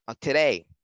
today